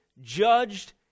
judged